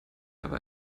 habe